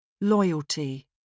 Loyalty